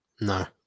No